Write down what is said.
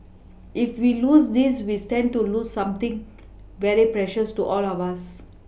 if we lose this we stand to lose something very precious to all of us